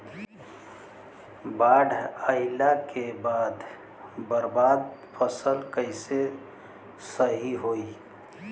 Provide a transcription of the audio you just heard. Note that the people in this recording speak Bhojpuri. बाढ़ आइला के बाद बर्बाद फसल कैसे सही होयी?